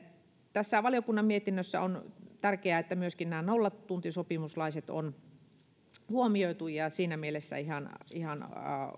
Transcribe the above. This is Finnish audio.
tässä valiokunnan mietinnössä on tärkeää että myöskin nämä nollatuntisopimuslaiset on huomioitu ja siinä mielessä on ihan